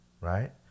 right